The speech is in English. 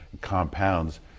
compounds